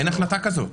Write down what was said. אין החלטה כזאת.